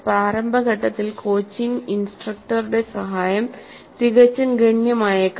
പ്രാരംഭ ഘട്ടത്തിൽ കോച്ചിംഗ് ഇൻസ്ട്രക്ടറുടെ സഹായം തികച്ചും ഗണ്യമായേക്കാം